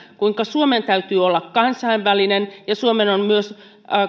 kuinka suomen täytyy olla kansainvälinen ja suomen on myös